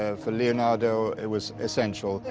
ah for leonardo, it was essential.